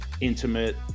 intimate